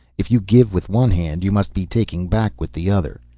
if you give with one hand, you must be taking back with the other.